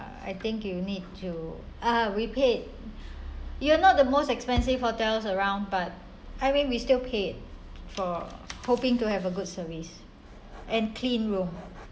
I think you need to uh we paid you are not the most expensive hotels around but I mean we still paid for hoping to have a good service and clean room